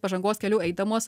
pažangos keliu eidamos